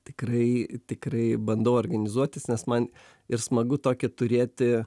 tikrai tikrai bandau organizuotis nes man ir smagu tokį turėti